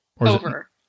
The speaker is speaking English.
Over